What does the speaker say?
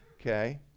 okay